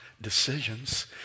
decisions